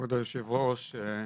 כבוד יושב הראש,